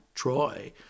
Troy